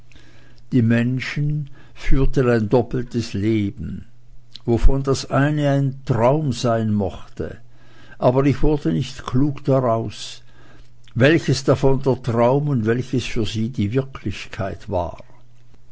die menschen führten ein doppeltes leben wovon das eine ein traum sein mochte aber ich wurde nicht klug daraus welches davon der traum und welches für sie die wirklichkeit war